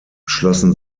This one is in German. schlossen